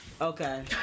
Okay